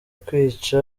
kwica